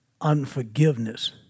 unforgiveness